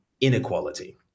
inequality